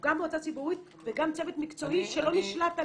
גם מועצה ציבורית וגם צוות מקצועי שלא נשלט,